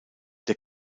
der